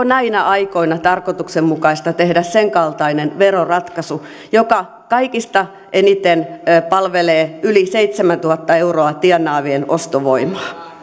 näinä aikoina tarkoituksenmukaista tehdä sen kaltainen veroratkaisu joka kaikista eniten palvelee yli seitsemäntuhatta euroa tienaavien ostovoimaa